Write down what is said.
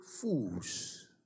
fools